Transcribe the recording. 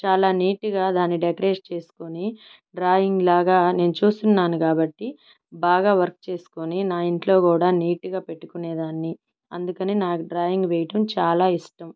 చాలా నీట్గా దాని డెకరేట్ చేసుకొని డ్రాయింగ్ లాగా నేను చూసున్నాను కాబట్టి బాగా వర్క్ చేసుకొని నా ఇంట్లో కూడా నీట్గా పెట్టుకొనే దాన్ని అందుకని నాకు డ్రాయింగ్ వేయటం చాలా ఇష్టం